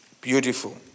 Beautiful